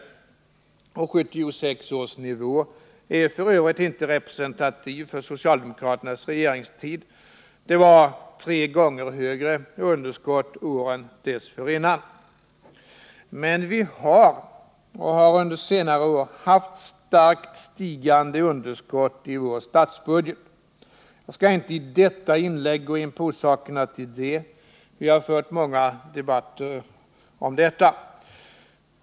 1976 års nivå är f. ö. inte representativ för socialdemokraternas regeringstid — det var tre gånger större underskott åren dessförinnan. Men vi har och har under senare år haft starkt stigande underskott i vår statsbudget. Jag skall i detta inlägg inte gå in på orsakerna till detta — vi har fört många debatter därom.